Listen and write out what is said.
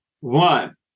One